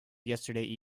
yesterday